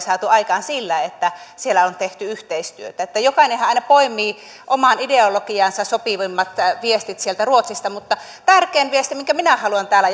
saatu aikaan parhaiten säästöjä sillä että siellä on tehty yhteistyötä jokainenhan aina poimii omaan ideologiaansa sopivimmat viestit sieltä ruotsista mutta tärkein viesti minkä minä haluan täällä